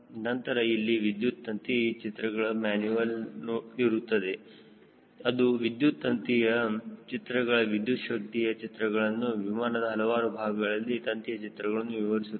ನಂತರ ಇಲ್ಲಿ ವಿದ್ಯುತ್ ತಂತಿ ಚಿತ್ರಗಳ ಮ್ಯಾನುಯೆಲ್ ಇರುತ್ತದೆ ಅದು ವಿದ್ಯುತ್ ತಂತ್ರಿಯ ಚಿತ್ರವನ್ನು ವಿದ್ಯುಚ್ಛಕ್ತಿಯ ಚಿತ್ರಗಳನ್ನು ವಿಮಾನದ ಹಲವಾರು ಭಾಗಗಳಲ್ಲಿನ ತಂತಿಯ ಚಿತ್ರಗಳನ್ನು ವಿವರಿಸುತ್ತದೆ